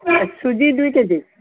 চুজি দুই কেজি